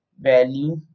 value